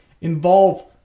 involve